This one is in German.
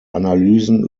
analysen